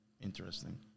interesting